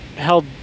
held